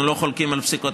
אנחנו לא חולקים על פסיקותיו